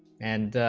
and